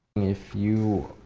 if you